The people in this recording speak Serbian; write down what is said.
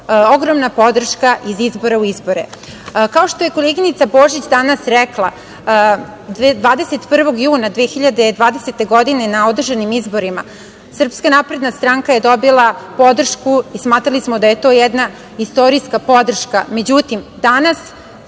ogromna podrška iz izbora u izbore. Kao što je koleginica Božić danas rekla, 21. juna 2020. godine na održanim izborima SNS je dobila podršku i smatrali smo da je to jedna istorijska podrška. Međutim, danas